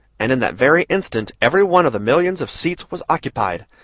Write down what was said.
and in that very instant every one of the millions of seats was occupied,